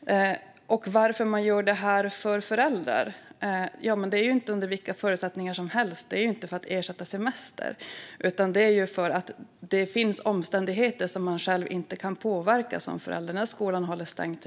När det gäller varför man gör det här för föräldrar är det inte under vilka förutsättningar som helst som det här ska gälla. Det är inte en ersättning för semester, utan det finns omständigheter som man själv inte kan påverka som förälder, till exempel att skolan håller stängt.